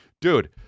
Dude